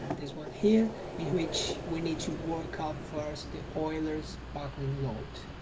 this one here in which we need to work out first the euler's buckling load